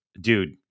dude